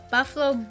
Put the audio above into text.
Buffalo